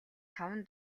таван